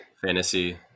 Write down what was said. fantasy